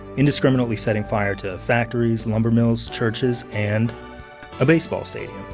indiscriminately setting fire to factories, lumber mills, churches, and a baseball stadium.